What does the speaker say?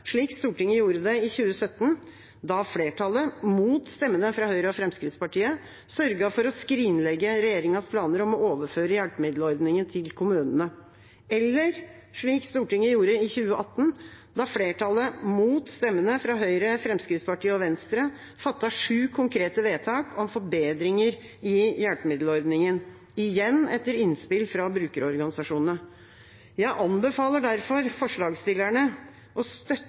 slik Stortinget gjorde i 2017, da flertallet, mot stemmene fra Høyre og Fremskrittspartiet, sørget for å skrinlegge regjeringas planer om å overføre hjelpemiddelordningen til kommunene, eller slik Stortinget gjorde i 2018, da flertallet mot stemmene fra Høyre, Fremskrittspartiet og Venstre fattet sju konkrete vedtak om forbedringer i hjelpemiddelordningen, igjen etter innspill fra brukerorganisasjonene. Jeg anbefaler derfor forslagsstillerne å støtte